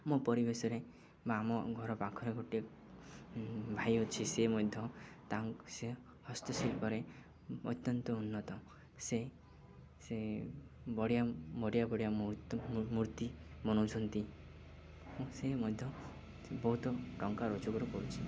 ମୋ ପରିବେଶରେ ବା ଆମ ଘର ପାଖରେ ଗୋଟିଏ ଭାଇ ଅଛି ସେ ମଧ୍ୟ ତା' ସେ ହସ୍ତଶିଳ୍ପରେ ଅତ୍ୟନ୍ତ ଉନ୍ନତ ସେ ସେ ବଢ଼ିଆ ବଢ଼ିଆ ମୂର୍ତ୍ତି ବନାଉଛନ୍ତି ସେ ମଧ୍ୟ ବହୁତ ଟଙ୍କା ରୋଜଗାର କରୁଛିି